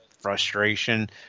frustration